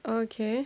okay